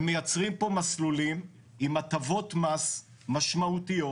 הם מייצרים כאן מסלולים עם הטבות מס משמעותיות,